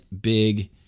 big